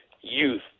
youth